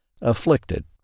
afflicted